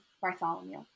Bartholomew